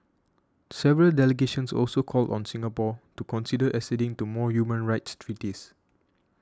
several delegations also called on Singapore to consider acceding to more human rights treaties